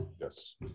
Yes